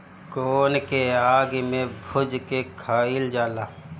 कोन के आगि में भुज के खाइल जाला